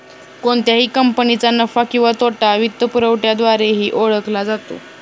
कोणत्याही कंपनीचा नफा किंवा तोटा वित्तपुरवठ्याद्वारेही ओळखला जातो